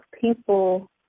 people